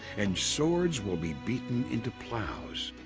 and swords will be beaten into plows.